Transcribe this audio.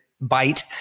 bite